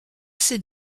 ses